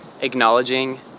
acknowledging